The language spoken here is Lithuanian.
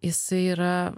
jisai yra